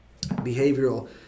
Behavioral